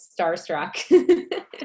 starstruck